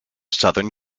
southern